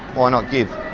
why not give.